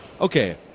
okay